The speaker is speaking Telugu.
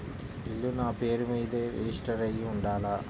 ఇల్లు నాపేరు మీదే రిజిస్టర్ అయ్యి ఉండాల?